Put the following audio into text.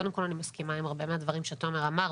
קודם כל, אני מסכימה עם הרבה מהדברים שתומר אמר.